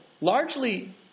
largely